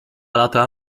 lata